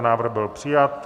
Návrh byl přijat.